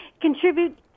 contribute